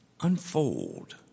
unfold